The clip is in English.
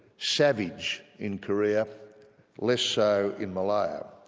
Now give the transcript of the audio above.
savage in korea less so in malaya.